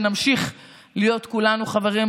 שנמשיך להיות כולנו חברים,